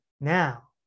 now